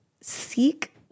seek